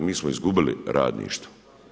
Mi smo izgubili radništvo.